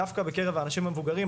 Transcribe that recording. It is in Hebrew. דווקא בקרב האנשים המבוגרים,